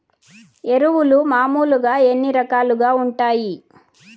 ఎరువులు మామూలుగా ఎన్ని రకాలుగా వుంటాయి?